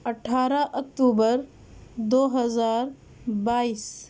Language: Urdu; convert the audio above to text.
اٹھارہ اکتوبر دو ہزار بائیس